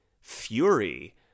Fury